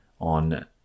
On